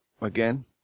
again